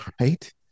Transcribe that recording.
Right